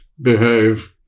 behave